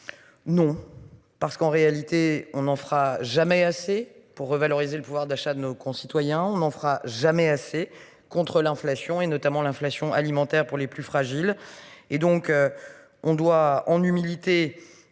Non parce qu'en réalité on n'en fera jamais assez pour revaloriser le pouvoir d'achat de nos concitoyens. On n'en fera jamais assez contre l'inflation et notamment l'inflation alimentaire pour les plus fragiles et donc. On doit on humilité